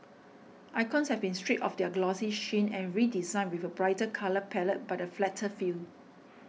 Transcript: icons have been stripped of their glossy sheen and redesigned with a brighter colour palette but a flatter feel